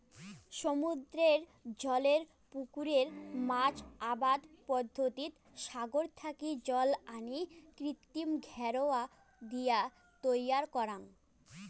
সমুদ্রের জলের পুকুরে মাছ আবাদ পদ্ধতিত সাগর থাকি জল আনি কৃত্রিম ঘেরাও দিয়া তৈয়ার করাং